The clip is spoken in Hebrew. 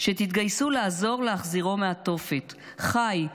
שתתגייסו לעזור להחזירו מהתופת חי,